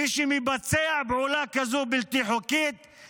מי שמבצע פעולה בלתי חוקית כזאת,